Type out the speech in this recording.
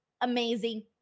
amazing